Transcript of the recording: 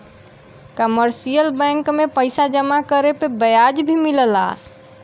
commercial bank में पइसा जमा करे पे ब्याज भी मिलला